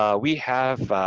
um we have,